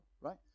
Right